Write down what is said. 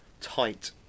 tight